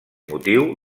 motiu